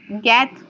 get